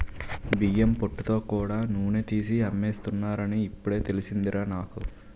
బియ్యం పొట్టుతో కూడా నూనె తీసి అమ్మేస్తున్నారని ఇప్పుడే తెలిసిందిరా నాకు